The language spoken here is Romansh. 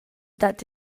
dat